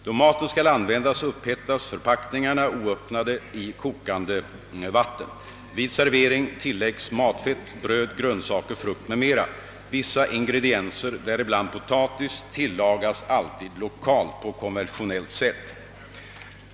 Då maten skall användas upphettas förpackningarna oöppnade i kokande vatten. Vid serveringen tilläggs matfett, bröd, grönsaker, frukt m.m. Vissa ingredienser, däribland potatis, tillagas alltid lokalt på konventionellt sätt.